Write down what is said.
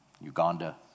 Uganda